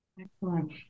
Excellent